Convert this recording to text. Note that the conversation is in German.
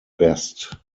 best